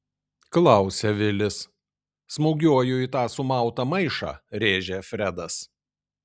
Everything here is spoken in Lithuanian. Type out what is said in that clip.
klausia vilis smūgiuoju į tą sumautą maišą rėžia fredas